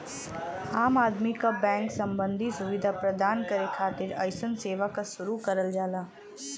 आम आदमी क बैंक सम्बन्धी सुविधा प्रदान करे खातिर अइसन सेवा क शुरू करल जाला